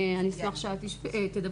אני אשמח שאת תדברי.